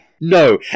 No